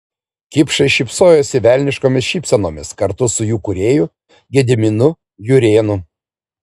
kipšai šypsojosi velniškomis šypsenomis kartu su jų kūrėju gediminu jurėnu